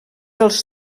els